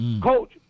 Coach